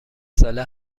ساله